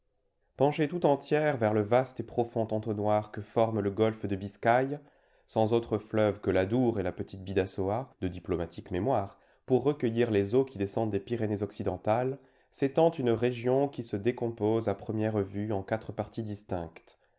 penchée tout entière vers le vaste et profond entonnoir que forme le golfe de biscaye sans autres fleuves que l'adour et la petite bidassoa de diplomatique mémoire pour recueillir les eaux qui descendent des pyrénées occidentales s'étend une région qui se décompose à première vue en quatre parties distinctes